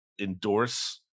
endorse